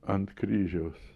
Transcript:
ant kryžiaus